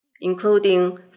including